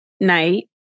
night